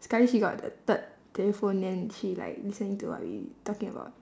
sekali she got the third telephone then she like listening to what we talking about